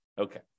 Okay